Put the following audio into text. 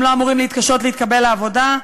הם לא אמורים להתקשות בקבלת עבודה,